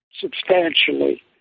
substantially